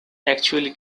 actually